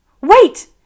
Wait